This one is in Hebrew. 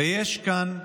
ויש כאן ניסיון,